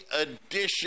edition